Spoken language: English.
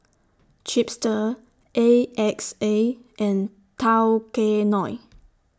Chipster A X A and Tao Kae Noi